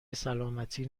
سلامتی